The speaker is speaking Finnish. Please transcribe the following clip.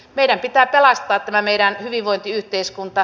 meidän pitää pelastaa tämä meidän hyvinvointiyhteiskunta